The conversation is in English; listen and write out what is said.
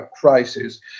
crisis